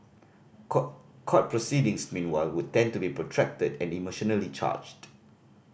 court court proceedings meanwhile would tend to be protracted and emotionally charged